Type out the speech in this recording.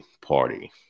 party